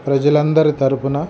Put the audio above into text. ప్రజలందరి తరపున